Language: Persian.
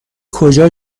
کجا